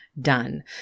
done